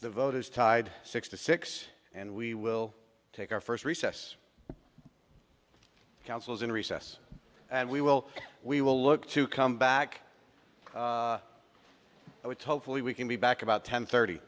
the vote is tied six to six and we will take our first recess counsel is in recess and we will we will look to come back and we totally we can be back about ten thirty